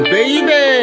Baby